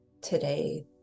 today